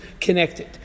connected